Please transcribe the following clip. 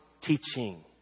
teaching